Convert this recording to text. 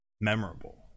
memorable